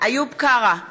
איוב קרא,